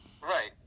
Right